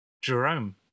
jerome